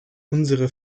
unsere